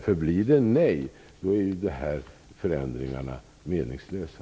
Om resultatet blir nej, är ju de här förändringarna meningslösa.